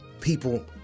people